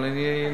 אבל אני אנסה,